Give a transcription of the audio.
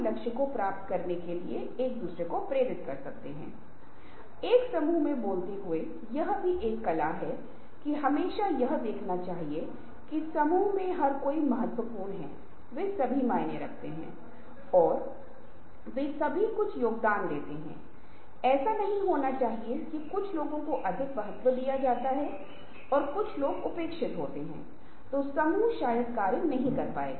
लक्ष्य और प्राथमिकताएं को अस्त करना जो कार्य सूची आप बनाते है उसका समय प्रबंधन के यान्त्रिकी एक लक्ष्य है और दूसरा समय के संगठन के लिए प्राथमिकता देना और काम करने के एक व्यवस्थित तरीके के लिए प्राथमिकता देना है तीसरा समय का नियंत्रण है